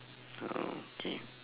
uh okay